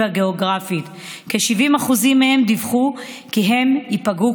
כך שגם בהיבט הזה,